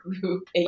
group